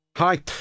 Hi